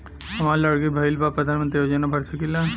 हमार लड़की भईल बा प्रधानमंत्री योजना भर सकीला?